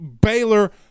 Baylor